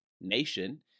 nation